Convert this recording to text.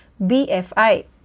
BFI